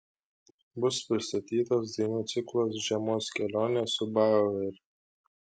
bus pristatytas dainų ciklas žiemos kelionė su baueriu